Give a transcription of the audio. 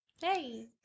Hey